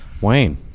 Wayne